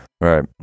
Right